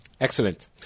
Excellent